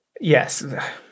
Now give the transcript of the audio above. Yes